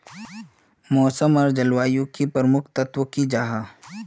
मौसम आर जलवायु युत की प्रमुख तत्व की जाहा?